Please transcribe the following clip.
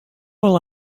will